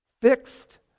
fixed